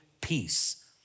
peace